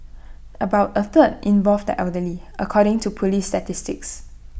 about A third involved the elderly according to Police statistics